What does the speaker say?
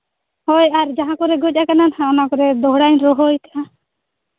ᱦᱳᱭ ᱟᱨ ᱡᱟᱦᱟᱸ ᱠᱚᱨᱮ ᱜᱚᱡ ᱠᱟᱱᱟ ᱦᱟᱸᱜ ᱚᱱᱟ ᱠᱚᱨᱮ ᱫᱚᱦᱲᱟᱧ ᱨᱚᱦᱚᱭ ᱠᱟᱜᱼᱟ